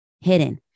hidden